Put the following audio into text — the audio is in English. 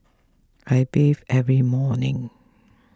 I bathe every morning